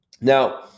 Now